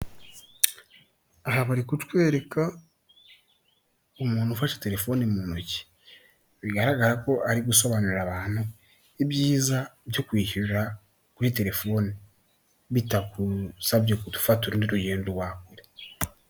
Aha bari kutwereka umuntu ufashe telefoni mu ntoki. Bigaragara ko ari gusobanurira abantu ibyiza byo kwishyurira kuri telefoni. Bitakusabye kudufata urundi rugendo rwa kure.